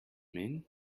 mean